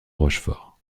rochefort